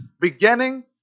beginning